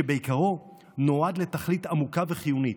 שבעיקרו נועד לתכלית עמוקה וחיונית: